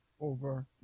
over